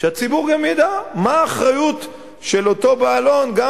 שהציבור גם ידע מה האחריות של אותו בעל הון גם